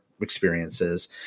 experiences